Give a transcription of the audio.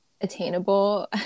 attainable